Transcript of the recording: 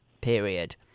period